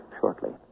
shortly